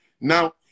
Now